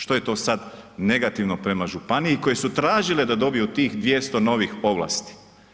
Što je to sad negativno prema županiji koje su tražile da dobiju tih 200 novih ovlasti?